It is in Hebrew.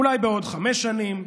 אולי בעוד חמש שנים,